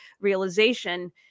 realization